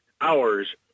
hours